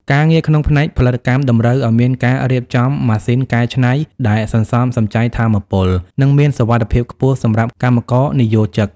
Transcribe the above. ការងារក្នុងផ្នែកផលិតកម្មតម្រូវឱ្យមានការរៀបចំម៉ាស៊ីនកែច្នៃដែលសន្សំសំចៃថាមពល និងមានសុវត្ថិភាពខ្ពស់សម្រាប់កម្មករនិយោជិត។